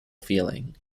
feeling